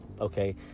okay